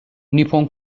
نیپون